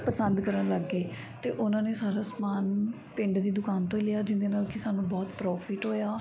ਪਸੰਦ ਕਰਨ ਲੱਗ ਗਏ ਅਤੇ ਉਨ੍ਹਾਂ ਨੇ ਸਾਰਾ ਸਮਾਨ ਪਿੰਡ ਦੀ ਦੁਕਾਨ ਤੋਂ ਹੀ ਲਿਆ ਜਿਹਦੇ ਨਾਲ ਕਿ ਸਾਨੂੰ ਬਹੁਤ ਪ੍ਰੋਫਿੱਟ ਹੋਇਆ